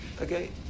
okay